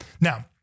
Now